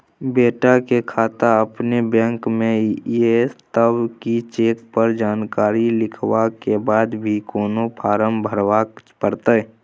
बेटा के खाता अपने बैंक में ये तब की चेक पर जानकारी लिखवा के बाद भी कोनो फारम भरबाक परतै?